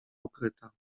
ukryta